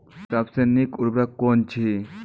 सबसे नीक उर्वरक कून अछि?